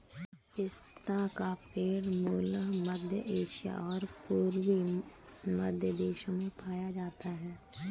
पिस्ता का पेड़ मूलतः मध्य एशिया और पूर्वी मध्य देशों में पाया जाता है